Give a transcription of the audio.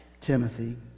Timothy